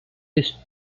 this